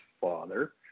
father